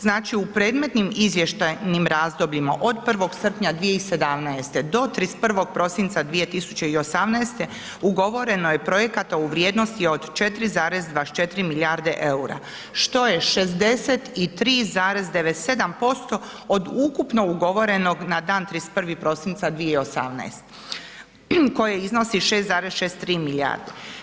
Znači u predmetnim izvještajnim razdobljima od 1. srpnja 2017. do 31. prosinca 2018. ugovoreno je projekata u vrijednosti od 4,24 milijarde EUR-a što je 63,97% od ukupno ugovorenog na dan 31. prosinca 2018. koje iznosi 6,63 milijarde.